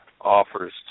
offers